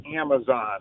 Amazon